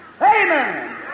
Amen